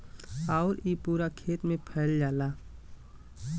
आउर इ पूरा खेत मे फैल जाला